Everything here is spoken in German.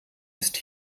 ist